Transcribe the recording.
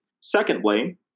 Secondly